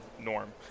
Norm